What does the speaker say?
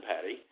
Patty